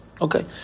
Okay